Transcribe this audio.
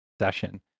session